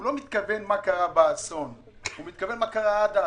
הוא לא מתכוון מה קרה באסון אלא מה קרה עד האסון.